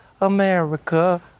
America